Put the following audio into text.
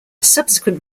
subsequent